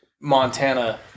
Montana